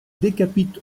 décapite